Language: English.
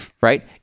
right